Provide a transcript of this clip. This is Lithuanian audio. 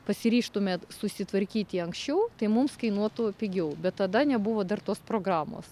pasiryžtume susitvarkyti anksčiau tai mums kainuotų pigiau bet tada nebuvo dar tos programos